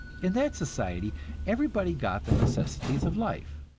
in that society everybody got the necessities of life.